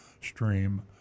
Stream